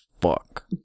fuck